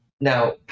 Now